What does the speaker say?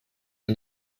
and